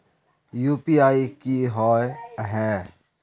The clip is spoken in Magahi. यु.पी.आई की होय है?